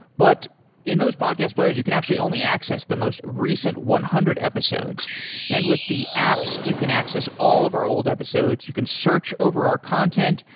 but in those podcast players you can actually only access the most recent one hundred episodes and with the apps, you can access all of our old episodes, you can search over our content,